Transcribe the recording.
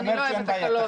אני לא אוהבת הקלות.